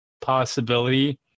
possibility